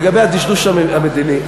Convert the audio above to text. לגבי הדשדוש המדיני.